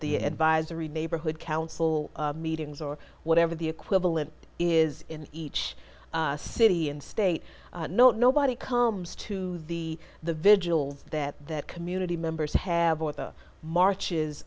the advisory neighborhood council meetings or whatever the equivalent is in each city and state no nobody comes to the the vigils that that community members have with the marches